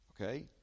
okay